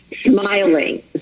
smiling